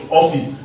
office